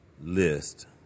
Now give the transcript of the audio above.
list